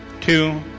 two